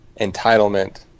entitlement